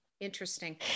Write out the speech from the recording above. Interesting